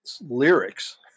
lyrics